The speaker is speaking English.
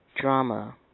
drama